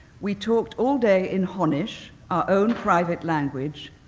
we talked all day in honish, our own private language,